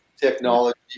technology